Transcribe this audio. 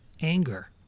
anger